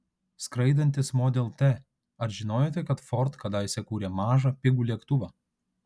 skraidantis model t ar žinojote kad ford kadaise kūrė mažą pigų lėktuvą